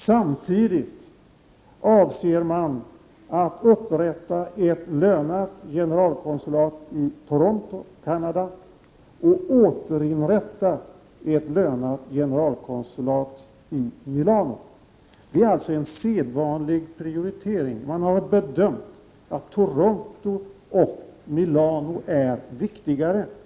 Samtidigt avser man att upprätta ett lönat generalkonsulat i Toronto, Canada, och återupprätta ett lönat generalkonsulat i Milano. Man har således bedömt att det är viktigare att ha generalkonsulat i Toronto och Milano än i Minneapolis.